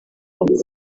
bavuga